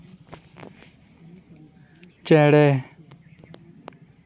ᱪᱮᱬᱮ